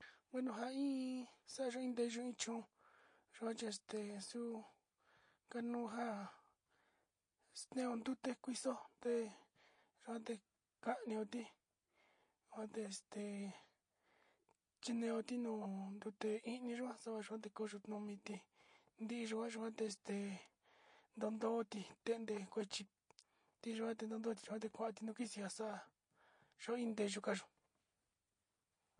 Ja sa´ayo in teyo chom chi ka´ani yo chum skui yo ntaketeyo tabayo jiti; te yukate in kisi jin ntute ini te tnayo kenu cho’o te ntuskeyo in yaa jin ñi’i te yuka ku in teyu kuva´a jin chom.